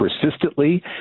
persistently